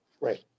Right